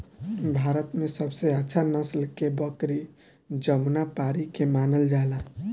भारत में सबसे अच्छा नसल के बकरी जमुनापारी के मानल जाला